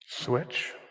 Switch